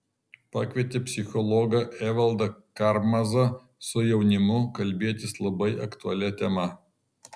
pakvietė psichologą evaldą karmazą su jaunimu kalbėtis labai aktualia tema